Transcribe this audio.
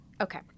okay